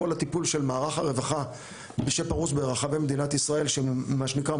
כל הטיפול של מערך הרווחה שפרוס ברחבי מדינת ישראל שמה שנקרא,